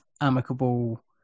amicable